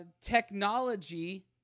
technology